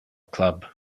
club